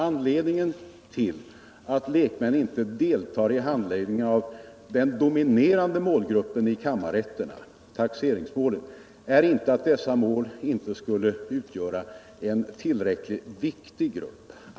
Anledningen till att lekmän inte deltar i handläggningen av den dominerande målgruppen i kammarrätterna, taxeringsmålen, är inte att dessa mål inte skulle utgöra en tillräckligt viktig grupp.